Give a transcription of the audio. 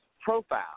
profile